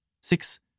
Six